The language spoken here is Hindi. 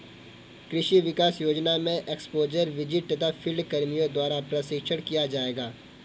कृषि विकास योजना में एक्स्पोज़र विजिट तथा फील्ड कर्मियों द्वारा प्रशिक्षण किया जाएगा